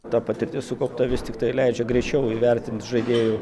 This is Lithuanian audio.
ta patirtis sukaupta vis tiktai leidžia greičiau įvertint žaidėjų